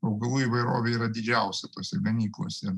augalų įvairovė yra didžiausia tose ganyklose